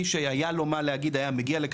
מי שהיה לו מה להגיד היה מגיע לכאן,